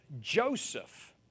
Joseph